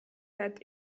that